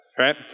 Right